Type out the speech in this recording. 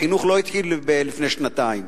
החינוך לא התחיל לפני שנתיים,